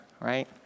right